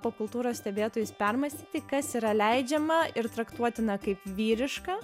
popkultūrą stebėtojus permąstyti kas yra leidžiama ir traktuotina kaip vyriška